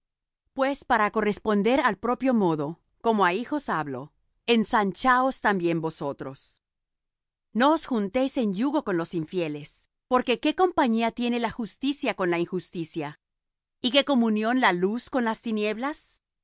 pues para corresponder al propio modo como á hijos hablo ensanchaos también vosotros no os juntéis en yugo con los infieles porque qué compañía tienes la justicia con la injusticia y qué comunión la luz con las tinieblas